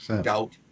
doubt